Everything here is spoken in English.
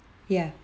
ya